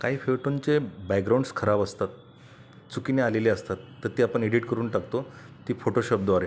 काही फ्योटोंचे बॅकग्राउंडस् खराब असतात चुकीने आलेले असतात तर ते आपण एडिट करून टाकतो ती फोटोशॉपद्वारे